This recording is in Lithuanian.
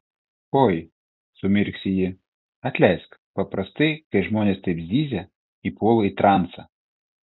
oi sumirksi ji atleisk paprastai kai žmonės taip zyzia įpuolu į transą